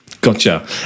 Gotcha